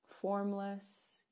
formless